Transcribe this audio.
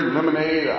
lemonade